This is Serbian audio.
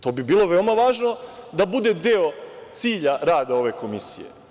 To bi bilo veoma važno da bude deo cilja rada ove komisije.